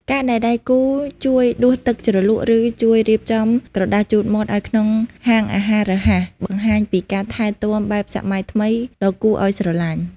ការដែលដៃគូជួយដួសទឹកជ្រលក់ ឬជួយរៀបចំក្រដាសជូតមាត់ឱ្យក្នុងហាងអាហាររហ័ស បង្ហាញពីការថែទាំបែបសម័យថ្មីដ៏គួរឱ្យស្រឡាញ់។